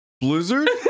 Blizzard